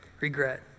regret